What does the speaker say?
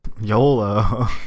yolo